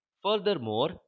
Furthermore